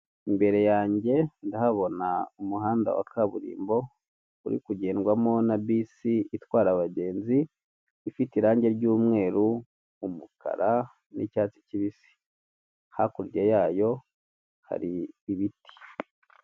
Imbere yange ndahabona umuhanda wa kaburimbo uri kugendwamo na bisi itwara abagenzi ifite irange ry'umweru umukara n'icyatsi kibisi hakurya yayo hari ibiti.